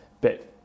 bit